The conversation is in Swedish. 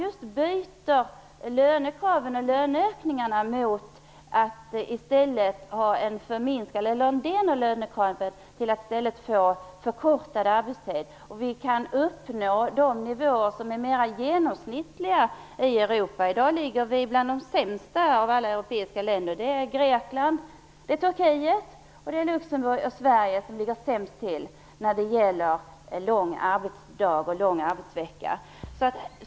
Dessutom kan det bli minskad inflation. Om en del av lönekraven byts mot förkortad arbetstid kan vi uppnå nivåer som är mera genomsnittliga i Europa i dag. I dag är Sverige ett av de länder som ligger sämst till. Grekland, Turkiet, Luxemburg och Sverige ligger nämligen sämst till när det gäller lång arbetsdag och lång arbetsvecka.